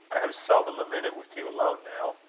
i have seldom a minute with you alone now.